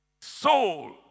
soul